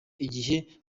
igihe